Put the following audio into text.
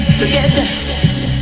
together